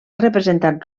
representat